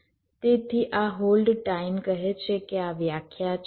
તેથી આ hold time કહે છે કે આ વ્યાખ્યા છે